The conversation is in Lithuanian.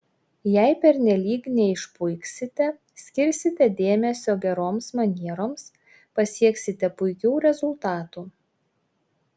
jei pernelyg neišpuiksite skirsite dėmesio geroms manieroms pasieksite puikių rezultatų